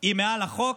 היא מעל החוק,